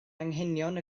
anghenion